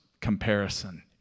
comparison